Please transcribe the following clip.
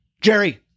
Jerry